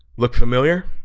look, familiar